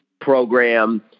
program